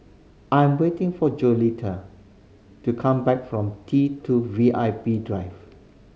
I'm waiting for to come back from T Two V I P Drive